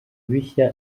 bishya